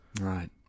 Right